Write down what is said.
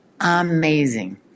amazing